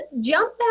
jump